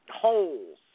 holes